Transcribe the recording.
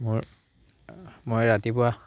মোৰ মই ৰাতিপুৱা